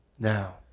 Now